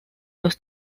los